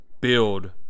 build